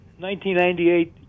1998